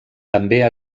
també